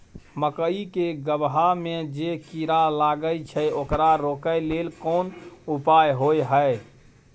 मकई के गबहा में जे कीरा लागय छै ओकरा रोके लेल कोन उपाय होय है?